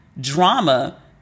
drama